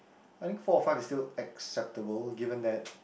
I think four or five is still acceptable given that